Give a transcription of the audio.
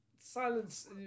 silence